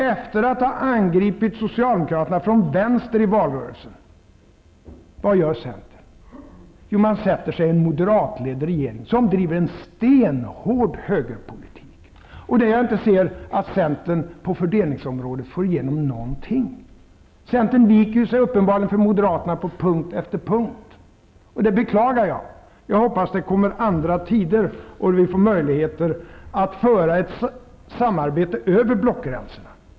Efter att ha angripit socialdemokraterna från vänster i valrörelsen, vad gör centern? Jo, man sätter sig i en moderatledd regering, som driver en stenhård högerpolitik. Jag ser inte att centern får igenon någonting på fördelningsområdet. Centern viker sig uppenbarligen för moderaterna på punkt efter punkt. Det beklagar jag. Jag hoppas att det kommer andra tider, så att vi får möjligheter att samarbeta över blockgränserna.